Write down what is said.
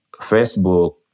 Facebook